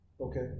Okay